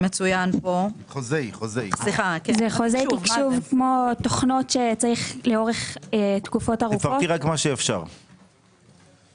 חוזי תקשוב כמו תוכנות מחשוב שיש עליהן רכש חד פעמי.